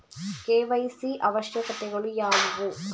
KYC ಅವಶ್ಯಕತೆಗಳು ಯಾವುವು?